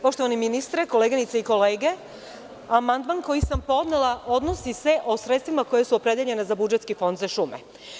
Poštovani ministre, koleginice i kolege, amandman koji sam podnela odnosi se na sredstva koja su opredeljena za Budžetski fond za šume.